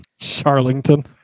Charlington